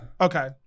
Okay